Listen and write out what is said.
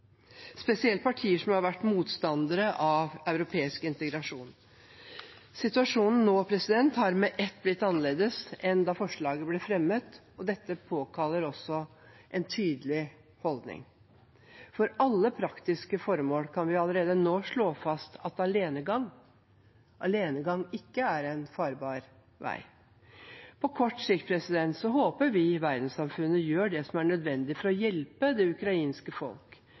spesielt partier som har vært motstandere av europeisk integrasjon. Situasjonen har med ett blitt annerledes enn da forslaget ble fremmet, og det påkaller en tydelig holdning. For alle praktiske formål kan vi allerede nå slå fast at alenegang ikke er en farbar vei. På kort sikt håper vi at verdenssamfunnet gjør det som er nødvendig for å hjelpe det ukrainske